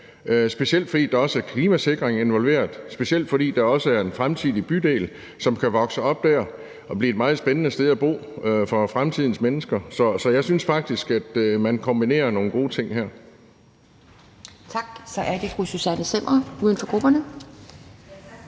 specielt fordi der også er klimasikring involveret, specielt fordi der også bliver en fremtidig bydel, som kan vokse op der og blive et meget spændende sted at bo for fremtidens mennesker. Så jeg synes faktisk, at man kombinerer nogle gode ting her. Kl. 20:28 Anden næstformand (Pia Kjærsgaard):